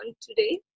today